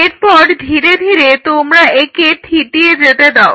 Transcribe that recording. এরপর ধীরে ধীরে তোমরা একে থিতিয়ে যেতে দাও